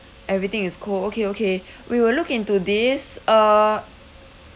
everything is cold okay okay we will look into this uh